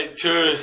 Two